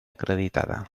acreditada